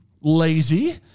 Lazy